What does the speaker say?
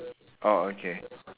oh okay